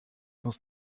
muss